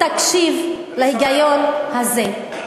תקשיב להיגיון הזה.